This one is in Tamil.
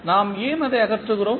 நாம் ஏன் அதை அகற்றுகிறோம்